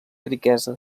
riquesa